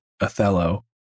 Othello